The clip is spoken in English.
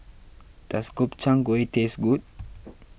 does Gobchang Gui taste good